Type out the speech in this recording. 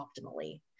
optimally